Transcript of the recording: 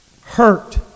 Hurt